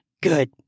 Good